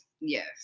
Yes